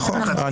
נכון.